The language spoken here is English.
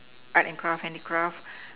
art and craft handicraft